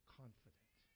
confident